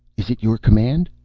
is it your command?